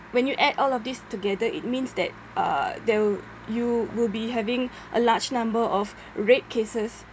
when you add all of these together it means that uh there'll you will be having a large number of rape cases